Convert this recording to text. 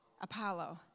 Apollo